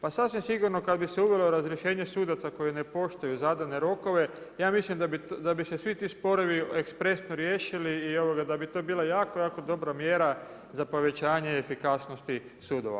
Pa sasvim sigurno kada bi se uvelo razrješenje sudaca koji ne poštuju zadane rokove ja mislim da bi se svi ti sporovi ekspresno riješili i da bi to bila jako, jako dobra mjera za povećanje efikasnosti sudova.